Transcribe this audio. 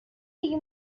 دیگه